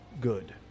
good